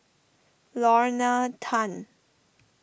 Lorna Tan